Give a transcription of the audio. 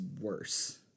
worse